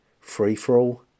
free-for-all